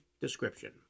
description